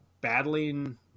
battling